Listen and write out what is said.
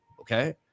Okay